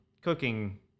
cooking